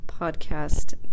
podcast